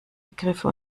begriffe